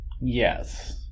Yes